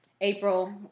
April